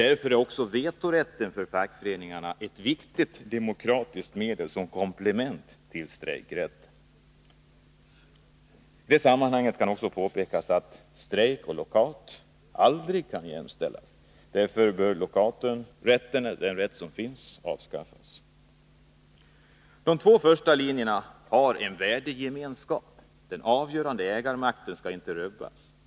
Därför är också vetorätten för fackföreningen ett viktigt demokratiskt medel som komplement till strejkrätten. I det sammanhanget kan påpekas att strejk och lockout aldrig kan jämställas. Därför bör den lockouträtt som finns avskaffas. De två första linjerna har en värdegemenskap. Den avgörande ägarmakten skall inte rubbas.